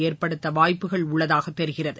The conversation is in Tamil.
ஏற்படுத்த வாய்ப்புகள் உள்ளதாக தெரிகிறது